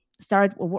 start